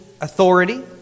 authority